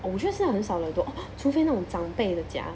oh 我觉得现在很少了 除非那种长辈的家